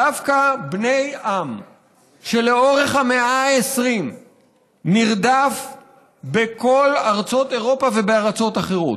דווקא בני עם שלאורך המאה ה-20 נרדף בכל ארצות אירופה ובארצות אחרות,